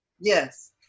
yes